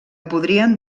podrien